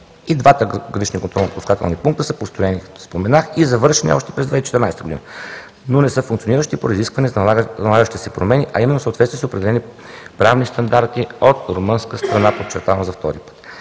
и двата гранични контролно-пропускателни пункта са построени, споменах, и завършени още през 2014 г., но не са функциониращи поради изискване за налагащи се промени, а именно съответствие с определени правни стандарти от румънска страна. Подчертавам за втори път.